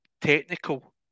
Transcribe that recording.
technical